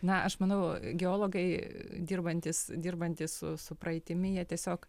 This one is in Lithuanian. na aš manau geologai dirbantys dirbantys su su praeitimi jie tiesiog